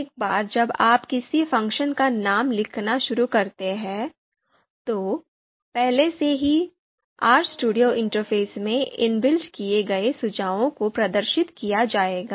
एक बार जब आप किसी फ़ंक्शन का नाम लिखना शुरू करते हैं तो पहले से ही RStudio इंटरफ़ेस में इनबिल्ट किए गए सुझावों को प्रदर्शित किया जाएगा